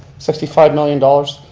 sixty five million dollars.